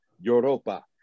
Europa